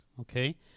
Okay